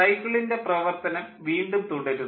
സൈക്കിളിൻ്റെ പ്രവർത്തനം വീണ്ടും തുടരുന്നു